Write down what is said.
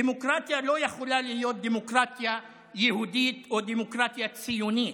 דמוקרטיה לא יכולה להיות דמוקרטיה יהודית או דמוקרטיה ציונית,